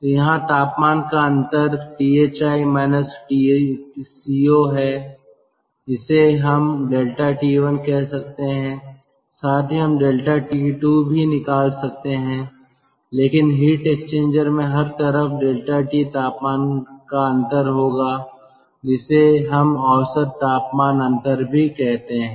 तो यहाँ तापमान का अंतर Thi Tco है इसे हम ∆T1 कह सकते हैं साथ ही हम ∆T2 भी निकाल सकते हैं लेकिन हीट एक्सचेंजर में हर तरफ ΔT तापमान का अंतर होगा जिसे हम औसत तापमान अंतर भी कहते हैं